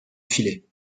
filet